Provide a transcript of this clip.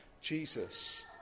Jesus